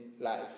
life